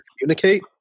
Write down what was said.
communicate